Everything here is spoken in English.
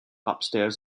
upstairs